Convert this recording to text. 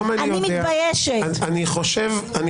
בדרך כלשהי יש יכולת --- בושה שזה יו"ר ועדת החוקה של מדינת ישראל.